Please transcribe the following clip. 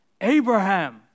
Abraham